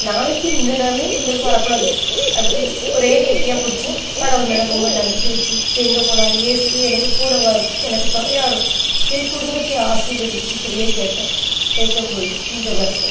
நாளைக்கு இந்த நிலம எங்களுக்கு வரக்கூடாது அப்படின்னு சொல்லி ஒரே கெட்டியா பிடிச்சு கடவுள் மேலே ரொம்ப நம்பிக்கை வச்சு எங்கே போனாலும் ஏயேசுவே எனக்கு கூட வரும் எனக்கு துணையா வரும் என் குடும்பத்தை ஆசீர்வதியும் இப்படியே கேட்பேன் கேட்கம் போது இந்த வருடம்